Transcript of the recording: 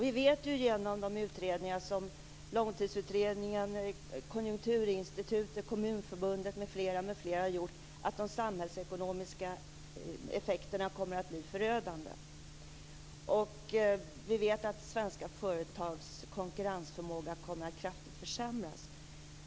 Vi vet genom Långtidsutredningen och andra utredningar som har gjorts av bl.a. Konjunkturinstitutet och Kommunförbundet att de samhällsekonomiska effekterna kommer att bli förödande. Vi vet också att svenska företags konkurrensförmåga kraftigt kommer att försämras.